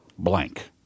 Blank